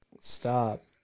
Stop